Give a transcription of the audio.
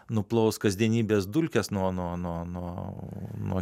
nuplovus kasdienybės dulkes nuo nuo nuo nuo nuo